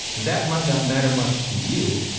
that might not matter much to you,